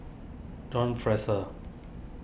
John Fraser